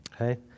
Okay